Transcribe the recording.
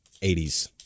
80s